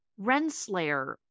Renslayer